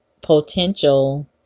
potential